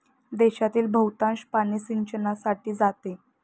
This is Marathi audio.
देशातील बहुतांश पाणी सिंचनासाठी जाते